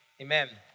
Amen